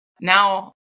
now